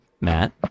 Matt